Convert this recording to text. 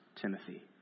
Timothy